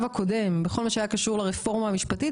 הקודם בכל מה שהיה קשור לרפורמה המשפטית,